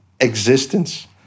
existence